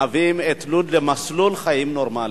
מביאים את לוד למסלול חיים נורמלי.